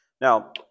Now